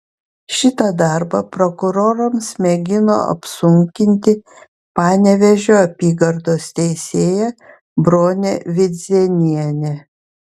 šitą darbą prokurorams mėgino apsunkinti panevėžio apygardos teisėja bronė vidzėnienė